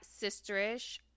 sisterish